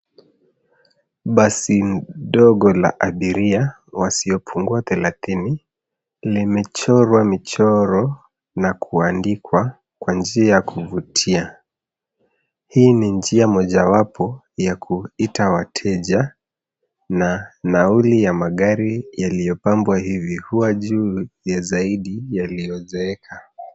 Basi dogo la abiria, wasiopungua thelathini, limechorwa michoro, na kuandikwa kwa njia ya kuvutia. Hii ni njia mojawapo ya kuita wateja, na nauli ya magari yaliopambwa hivi hua juu ya zaidi yaliozeeka.